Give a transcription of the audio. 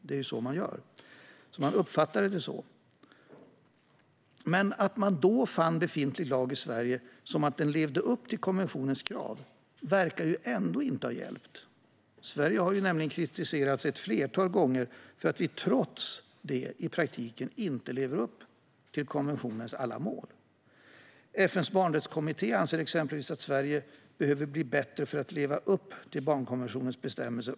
Det är ju så man gör, och så uppfattades det. Men att man då fann att befintlig lag i Sverige levde upp till konventionens krav verkar ändå inte ha hjälpt. Sverige har nämligen kritiserats ett flertal gånger för att vi trots detta i praktiken inte lever upp till konventionens alla mål. FN:s barnrättskommitté anser exempelvis att Sverige behöver bli bättre för att leva upp till barnkonventionens bestämmelser.